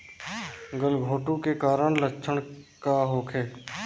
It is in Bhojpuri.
गलघोंटु के कारण लक्षण का होखे?